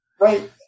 Right